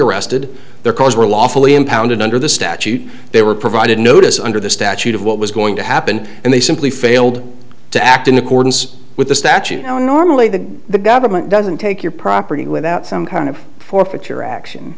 arrested their cars were lawfully impounded under the statute they were provided notice under the statute of what was going to happen and they simply failed to act in accordance with the statute no normally that the government doesn't take your property without some kind of forfeiture action